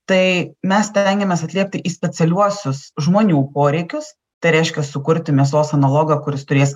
tai mes stengiamės atliepti į specialiuosius žmonių poreikius tai reiškia sukurti mėsos analogą kuris turės